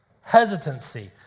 hesitancy